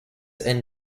and